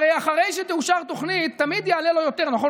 אחרי שתאושר תוכנית זה תמיד יעלה לו יותר, נכון?